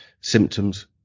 symptoms